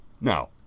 Now